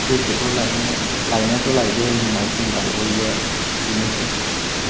जेकेटखौ लायनायाथ' लायगोन होननानै बुंबाय बयबो बेनोसै